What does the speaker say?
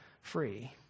free